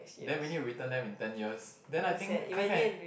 then we need to return them in ten years then I think kai kai